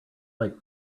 like